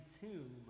tomb